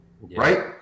right